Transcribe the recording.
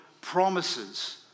promises